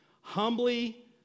Humbly